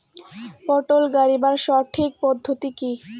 পটল গারিবার সঠিক পদ্ধতি কি?